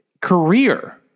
career